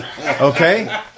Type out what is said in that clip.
Okay